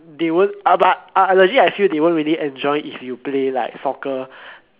they won't ah but ah legit I feel they won't really enjoy if you play like soccer